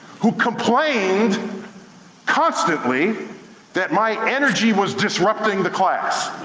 who complained constantly that my energy was disrupting the class.